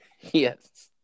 Yes